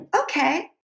okay